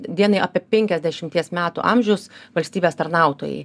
dienai apie penkiasdešimties metų amžius valstybės tarnautojai